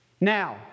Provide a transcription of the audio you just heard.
Now